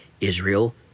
Israel